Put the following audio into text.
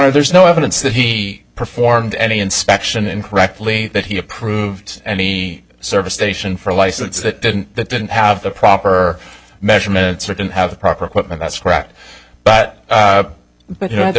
are there's no evidence that he performed any inspection incorrectly that he approved any service station for a license that didn't that didn't have the proper measurements or didn't have the proper equipment that's correct but but you know th